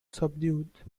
subdued